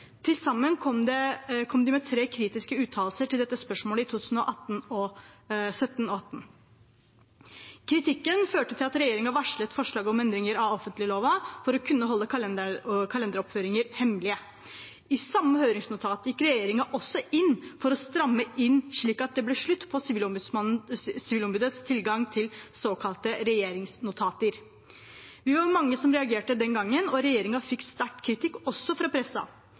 Til sammen kom de med tre kritiske uttalelser til dette spørsmålet i 2017 og 2018. Kritikken førte til at regjeringen varslet forslag om endringer i offentlighetsloven for å kunne holde kalenderoppføringer hemmelige. I samme høringsnotat gikk regjeringen også inn for å stramme inn slik at det ble slutt på sivilombudets tilgang til såkalte regjeringsnotater. Vi var mange som reagerte den gangen, og regjeringen fikk sterk kritikk også fra